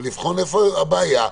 לבחון איפה הבעיה,